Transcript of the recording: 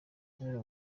kubura